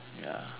ya